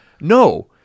No